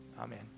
Amen